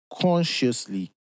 consciously